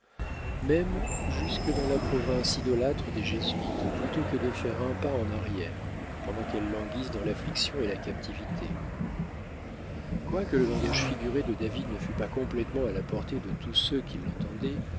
même jusque dans la province idolâtre des jésuites plutôt que de faire un pas en arrière pendant qu'elles languissent dans l'affliction et la captivité quoique le langage figuré de david ne fût pas complètement à la portée de tous ceux qui l'entendaient